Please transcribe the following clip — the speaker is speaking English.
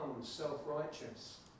self-righteous